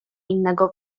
innego